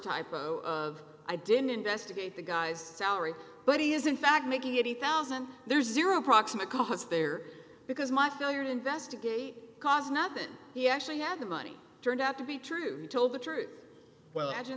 typo of i didn't investigate the guy's salary but he is in fact making eighty thousand there's zero proximate cause there because my failure to investigate cause not that he actually had the money turned out to be true he told the truth well